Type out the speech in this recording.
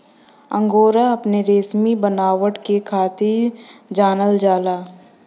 angora अपने रेसमी बनावट के खातिर जानल जाला